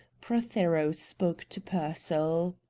prothero spoke to pearsall.